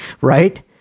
Right